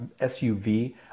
SUV